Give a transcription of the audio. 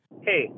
Hey